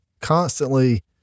constantly